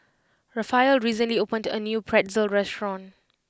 Raphael recently opened a new Pretzel restaurant